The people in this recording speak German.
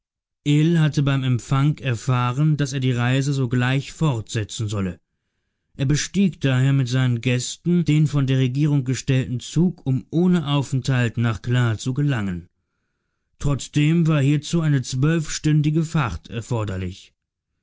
hatte beim empfang erfahren daß er die reise sogleich fortsetzen solle er bestieg daher mit seinen gästen den von der regierung gestellten zug um ohne aufenthalt nach kla zu gelangen trotzdem war hierzu eine zwölfstündige fahrt erforderlich